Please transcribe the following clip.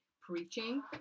preaching